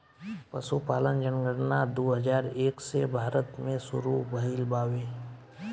पसुपालन जनगणना दू हजार एक से भारत मे सुरु भइल बावे